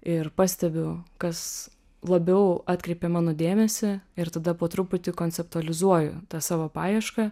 ir pastebiu kas labiau atkreipė mano dėmesį ir tada po truputį konceptualizuoju tą savo paiešką